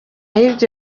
nibwo